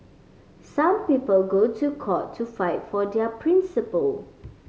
some people go to court to fight for their principle